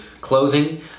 closing